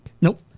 Nope